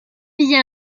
bien